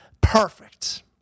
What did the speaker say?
perfect